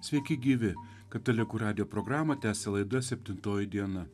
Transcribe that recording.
sveiki gyvi katalikų radijo programą tęsia laida septintoji diena